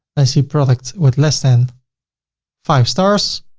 i see products with less than five stars.